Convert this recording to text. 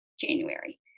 January